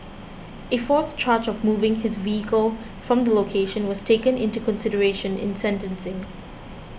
a fourth charge of moving his vehicle from the location was taken into consideration in sentencing